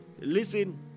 listen